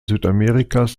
südamerikas